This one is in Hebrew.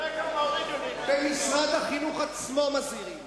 תראה כמה הורידו, במשרד החינוך עצמו מזהירים